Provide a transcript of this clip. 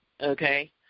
okay